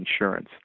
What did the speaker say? insurance